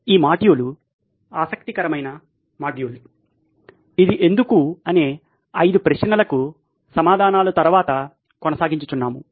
ఈ మాడ్యూల్ ఆసక్తికరమైన మాడ్యూల్ ఇది ఎందుకు అనే ఐదు ప్రశ్నలకు సమాధానాలు తరువాత కొనసాగించు చున్నాము